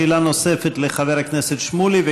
שאלה נוספת לחבר הכנסת שמולי,